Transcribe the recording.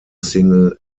single